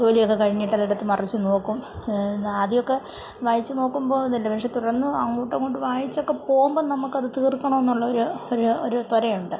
ജോലിയൊക്കെ കഴിഞ്ഞട്ടതെടുത്ത് മറിച്ച് നോക്കും ആദ്യമൊക്കെ വായിച്ച് നോക്കുമ്പോൾ ഒന്നുമില്ല പക്ഷെ തുടർന്ന് അങ്ങോട്ടങ്ങോട്ട് വായിച്ചൊക്കെ പോകുമ്പോൾ നമുക്കത് തീർക്കണമെന്നുള്ളൊരു ഒരു ഒരു ത്വര ഉണ്ട്